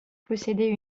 possédait